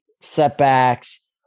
setbacks